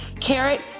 Carrot